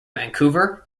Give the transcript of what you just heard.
vancouver